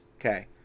Okay